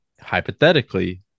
hypothetically